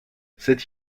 c’est